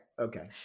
okay